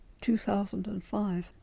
2005